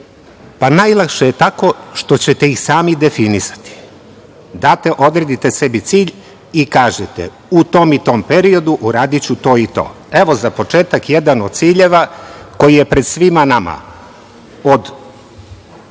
Pa, najlakše je tako što ćete ih sami definisati. Date, odredite sebi cilj i kažete - u tom i tom periodu, uradiću to i to. Evo, za početak jedan od ciljeva koji je pred svima nama,